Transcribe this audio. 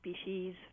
species